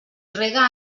rega